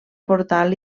portal